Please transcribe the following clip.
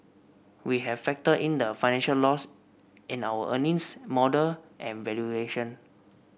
we have factored in the financial loss in our earnings model and valuation